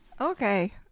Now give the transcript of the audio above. Okay